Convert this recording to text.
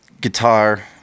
guitar